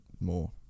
more